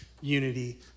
unity